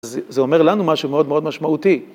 זה אומר לנו משהו מאוד מאוד משמעותי.